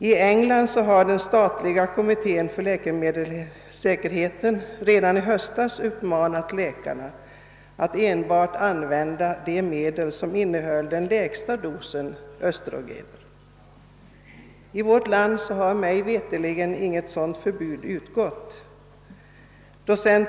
I England uppmanade den statliga kommittén för läkemedelssäkerheten redan i höstas läkarna att använda enbart de medel som innehöll den lägsta dosen östrogen. I vårt land har mig veterligt inget sådant förbud utfärdats.